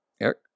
Eric